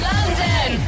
London